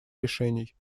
решений